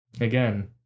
again